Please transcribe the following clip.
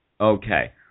Okay